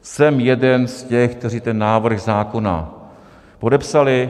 Jsem jeden z těch, kteří ten návrh zákona podepsali.